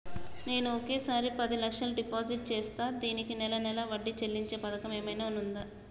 నేను ఒకేసారి పది లక్షలు డిపాజిట్ చేస్తా దీనికి నెల నెల వడ్డీ చెల్లించే పథకం ఏమైనుందా?